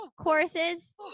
courses